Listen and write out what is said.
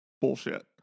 bullshit